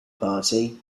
party